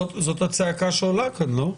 זאת הצעקה שעולה כאן, לא?